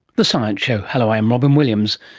the science show. hello, i'm robyn williams.